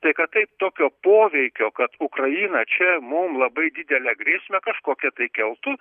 tai kad taip tokio poveikio kad ukraina čia mum labai didelę grėsmę kažkokią tai keltų